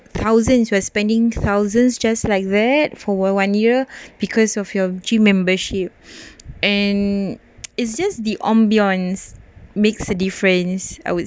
thousands were spending thousands just like that for one year because of your gym membership and it's just the on beyond makes a difference